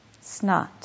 snot